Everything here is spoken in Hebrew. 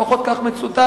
לפחות כך מצוטט,